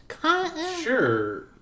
Sure